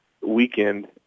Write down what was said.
weekend